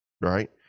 right